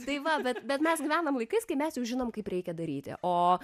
tai va bet bet mes gyvenam laikais kai mes jau žinom kaip reikia daryti o